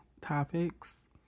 topics